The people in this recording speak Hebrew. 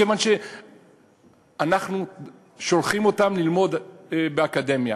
כיוון שכשאנחנו שולחים אותם ללמוד באקדמיה,